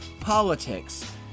politics